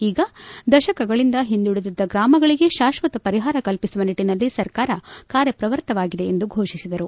ಈಗ ದಶಕಗಳಿಂದ ಹಿಂದುಳಿದಿದ್ದ ಗ್ರಾಮಗಳಿಗೆ ಶಾಕ್ಷತ ಪರಿಹಾರ ಕಲ್ಪಿಸುವ ನಿಟ್ಟನಲ್ಲಿ ಸರ್ಕಾರ ಕಾರ್ಯಪ್ರವೃತ್ತವಾಗಿದೆ ಎಂದು ಫೋಷಿಸಿದರು